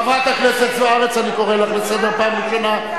חברת הכנסת זוארץ, אני קורא אותך לסדר פעם ראשונה.